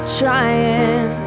trying